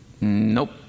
Nope